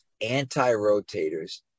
anti-rotators